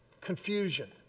confusion